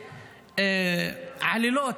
ועלילות,